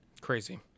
crazy